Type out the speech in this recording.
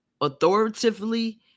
authoritatively